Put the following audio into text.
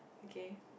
okay